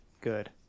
good